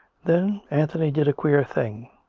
then anthony did a queer thing.